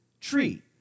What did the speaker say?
tree